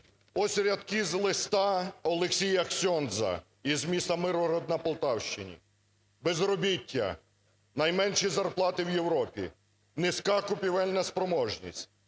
ось рядки з листа Олексія Ксьондза із міста Миргород на Полтавщині. "Безробіття, найменші зарплати в Європі, низька купівельна спроможність,